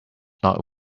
not